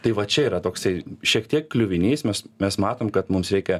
tai va čia yra toksai šiek tiek kliuvinys mes mes matom kad mums reikia